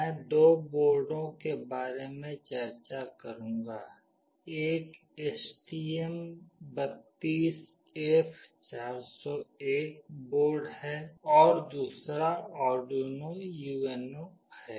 मैं दो बोर्डों के बारे में चर्चा करूंगी एक STM32F401 बोर्ड है और दूसरा आर्डुइनो UNO है